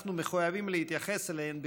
ואנחנו מחויבים להתייחס אליהן ברצינות,